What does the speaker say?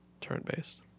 turn-based